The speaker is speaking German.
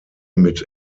mit